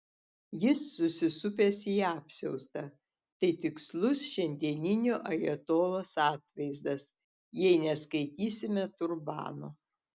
jis susisupęs į apsiaustą tai tikslus šiandieninio ajatolos atvaizdas jei neskaitysime turbano